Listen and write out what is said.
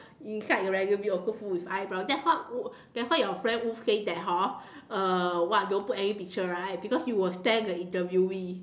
inside your resume also put with eyebrow that's what that's why your friend who say that hor uh what don't put any picture right because you will scare the interviewee